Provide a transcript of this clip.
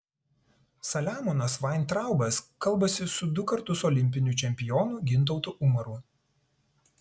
saliamonas vaintraubas kalbasi su du kartus olimpiniu čempionu gintautu umaru